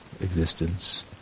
existence